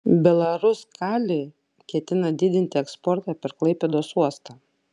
belaruskalij ketina didinti eksportą per klaipėdos uostą